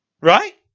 Right